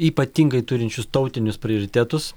ypatingai turinčius tautinius prioritetus